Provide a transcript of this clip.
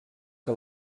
que